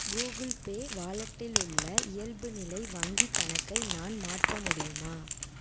Google Pay வாலெட்டில் உள்ள இயல்புநிலை வங்கிக் கணக்கை நான் மாற்ற முடியுமா